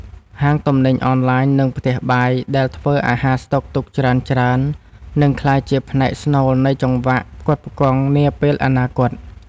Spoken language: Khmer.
ហាងទំនិញអនឡាញ និងផ្ទះបាយដែលធ្វើអាហារស្តុកទុកច្រើនៗ នឹងក្លាយជាផ្នែកស្នូលនៃចង្វាក់ផ្គត់ផ្គង់នាពេលអនាគត។